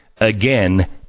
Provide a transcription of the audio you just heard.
Again